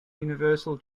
universal